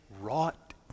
wrought